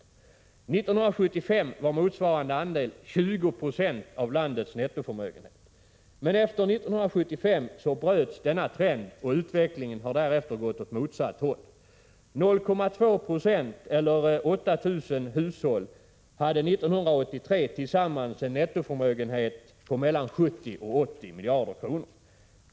1975 var motsvarande andel 20 96 av landets nettoförmögenhet. Men efter 1975 bröts denna trend, och utvecklingen har sedan dess gått åt motsatt håll. 8 000 hushåll, eller 0,2 20, hade 1983 tillsammans en nettoförmögenhet på 70-80 miljarder kronor.